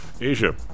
Asia